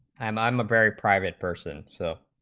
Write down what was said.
um ah um a very private person so